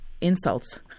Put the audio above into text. insults